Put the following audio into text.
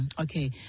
Okay